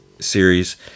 series